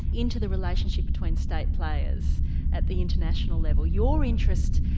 into the relationship between state players at the international level. your interest,